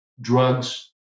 drugs